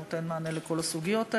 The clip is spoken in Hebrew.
שנותן מענה לכל הסוגיות האלה,